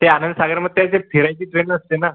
ते आनंदसागरमध्ये काय ते फिरायची ट्रेन असते ना